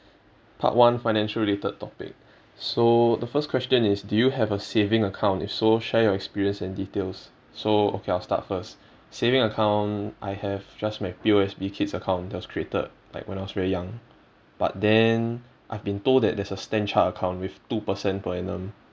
part one financial related topic so the first question is do you have a saving account if so share your experience and details so okay I'll start first saving account I have just my P_O_S_B kids account that was created like when I was very young but then I've been told that there is a stanchart account with two percent per annum